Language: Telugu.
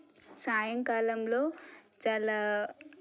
సాయంకాలంలో చాలా